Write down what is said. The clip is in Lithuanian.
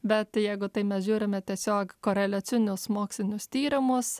bet jeigu tai mes žiūrime tiesiog koreliacinius mokslinius tyrimus